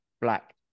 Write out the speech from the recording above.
Black